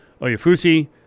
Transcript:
Oyafusi